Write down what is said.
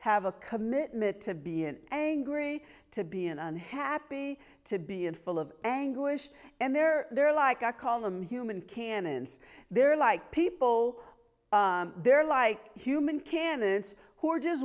have a commitment to be an angry to be an unhappy to be and full of anguish and there they're like i call them human cannons they're like people they're like human candidates who are just